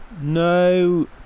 No